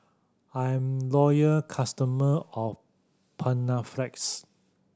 I'm loyal customer of Panaflex